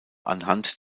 anhand